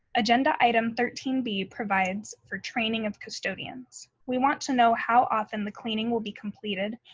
agenda item thirteen b provides for training of custodians. we want to know how often the cleaning will be completed,